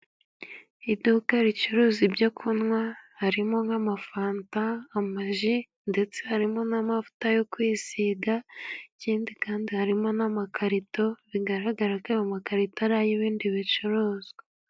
Iduka ricuruza ibyo kunywa harimo: nk'amafanta, amaji ndetse harimo n'amavuta yo kwisiga. Ikindi kandi harimo n'amakarito bigaragaragara ko ayo makarito ari ayo ibindi bicuruzwa.